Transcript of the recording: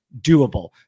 doable